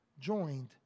joined